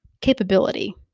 capability